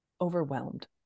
overwhelmed